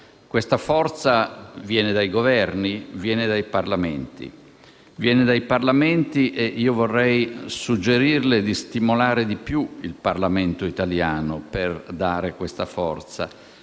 Questa forza viene dai Governi e dai Parlamenti. A tal proposito, vorrei suggerirle di stimolare di più il Parlamento italiano per dare questa forza.